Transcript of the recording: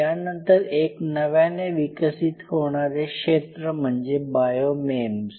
त्यानंतर एक नव्याने विकसित होणारे क्षेत्र म्हणजे बायो मेम्स